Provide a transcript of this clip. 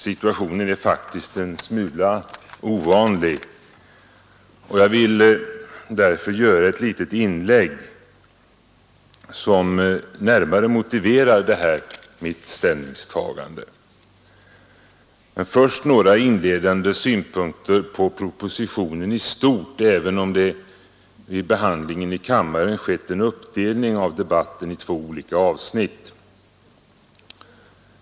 Situationen är faktiskt en smula ovanlig, och jag vill därför göra ett litet inlägg som närmare motiverar detta mitt ställningstagande. Men först några inledande synpunkter på propositionen i stort, även om det vid behandlingen i kammaren skett en uppdelning av debatten i två olika avsnitt.